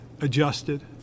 adjusted